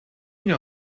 know